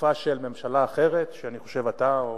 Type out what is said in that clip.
בתקופה של ממשלה אחרת, שאני חושב שאתה או